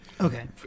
okay